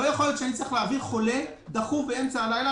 לא יכול להיות שאני צריך להעביר דחוף חולה באמצע הלילה